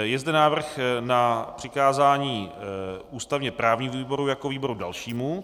Je zde návrh na přikázání ústavněprávnímu výboru jako výboru dalšímu.